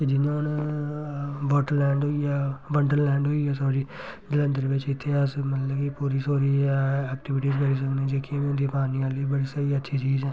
जियां हून water land होई गेआ वंडर लैंड होई गेआ सारी जेहदे अंदर बिच्च इत्थें अस मतलब कि पूरी सोरी ऐ कि ऐक्टीविटी जेह्कियां बी होंदियां पानी आह्ली बड़ी स्हेई अच्छी चीज़ ऐ